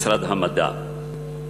משרד המדע.